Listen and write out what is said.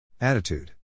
Attitude